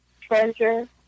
treasure